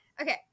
Okay